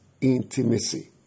intimacy